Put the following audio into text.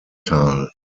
tal